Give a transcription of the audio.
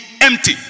empty